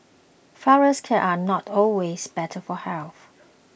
Flourless Cakes are not always better for health